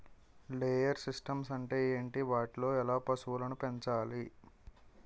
Layer systems అంటే ఏంటి? వాటిలో ఎలా పశువులను పెంచాలి?